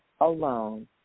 alone